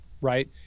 right